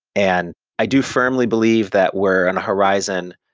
and i do firmly believe that we're in a horizon,